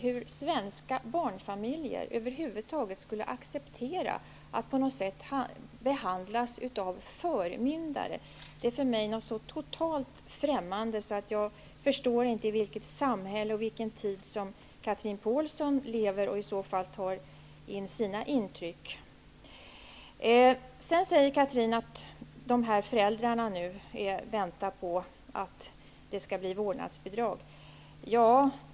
Att svenska barnfamiljer över huvud taget skulle acceptera att på något sätt behandlas av förmyndare är för mig så totalt främmande att jag inte förstår i vilket samhälle och i vilken tid Chatrine Pålsson lever och i så fall tar in sina intryck. Chatrine Pålsson säger också att föräldrar nu väntar på att förslaget om vårdnadsbidrag skall genomföras.